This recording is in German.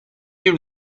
den